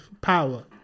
power